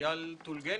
אייל סולגניק,